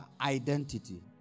identity